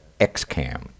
XCAM